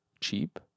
cheap